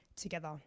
together